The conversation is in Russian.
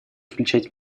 включать